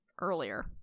earlier